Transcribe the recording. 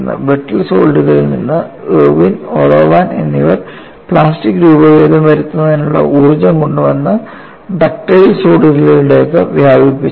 brittle സോളിഡുകളിൽ നിന്ന് Irwin Orowan എന്നിവർ പ്ലാസ്റ്റിക് രൂപഭേദം വരുത്തുന്നതിനുള്ള ഊർജ്ജം കൊണ്ടുവന്ന് ഡക്റ്റൈൽ സോളിഡുകളിലേക്ക് വ്യാപിപ്പിച്ചു